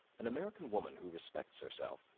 an american woman who respects herself,